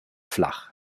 flach